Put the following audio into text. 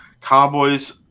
Cowboys